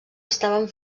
estaven